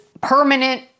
permanent